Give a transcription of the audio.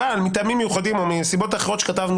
אבל מטעמים מיוחדים או מסיבות אחרות שכתבנו